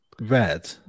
red